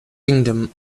kingdom